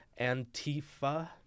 Antifa